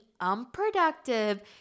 unproductive